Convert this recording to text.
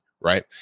right